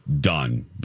done